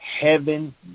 heaven